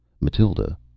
Matilda